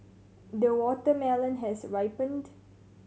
the watermelon has ripened